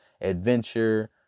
adventure